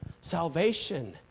Salvation